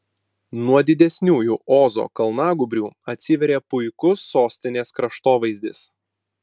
nuo didesniųjų ozo kalnagūbrių atsiveria puikus sostinės kraštovaizdis